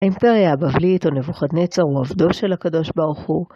האימפריה הבבלית, או נבוכדנצר, הוא עבדו של הקדוש ברוך הוא.